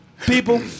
People